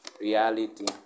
reality